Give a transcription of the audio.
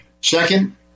Second